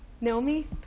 Naomi